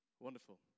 Wonderful